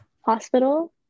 hospital